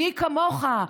אני כמוך,